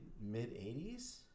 mid-80s